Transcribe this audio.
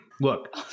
Look